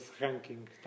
ranking